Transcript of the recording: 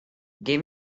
give